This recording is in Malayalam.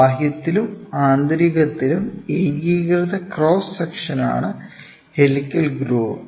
ബാഹ്യത്തിലും ആന്തരികത്തിലും ഏകീകൃത ക്രോസ് സെക്ഷനാണ് ഹെലിക്കൽ ഗ്രൂവ്